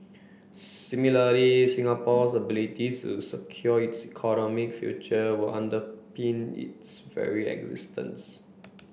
similarly Singapore's ability to secure its economic future will underpin its very existence